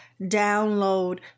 download